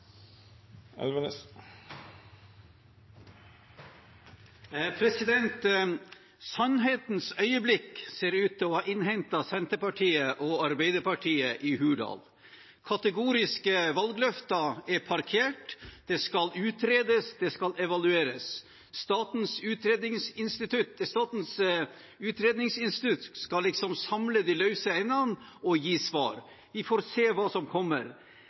Sannhetens øyeblikk ser ut til å ha innhentet Senterpartiet og Arbeiderpartiet i Hurdal. Kategoriske valgløfter er parkert – det skal utredes, det skal evalueres. Statens utredningsinstitutt skal liksom samle de løse endene og gi svar. Vi får se hva som kommer.